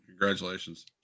Congratulations